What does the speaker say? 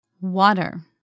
Water